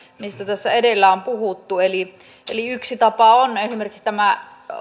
mistä tässä edellä on puhuttu eli eli yksi tapa on esimerkiksi tämä